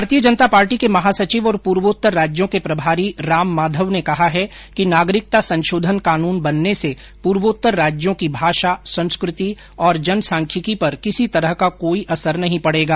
भारतीय जनता पार्टी के महासचिव और पूर्वोत्तर राज्यों के प्रभारी राम माधव ने कहा है कि नागरिकता संसोधन कानून बनने से पूर्वोत्तर राज्यों की भाषा संस्कृति और जनसांख्यिकी पर किसी तरह का कोई असर नहीं पडेगा